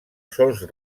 sòls